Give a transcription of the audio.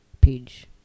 page